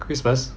christmas